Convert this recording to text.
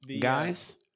Guys